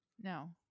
no